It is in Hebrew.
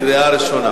בקריאה ראשונה.